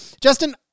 Justin